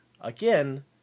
again